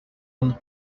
unos